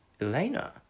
Elena